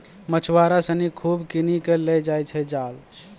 मछुआरा सिनि खूब किनी कॅ लै जाय छै जाल